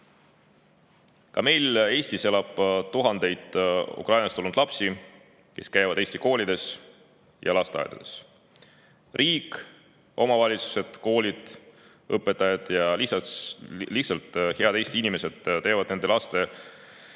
Ka meil Eestis elab tuhandeid Ukrainast tulnud lapsi, kes käivad Eesti koolides ja lasteaedades. Riik, omavalitsused, koolid, õpetajad ja lihtsalt head Eesti inimesed teevad nende laste